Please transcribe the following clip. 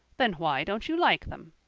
then why don't you like them?